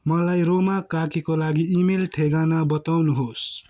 मलाई रोमा कार्कीको लागि इमेल ठेगाना बताउनुहोस्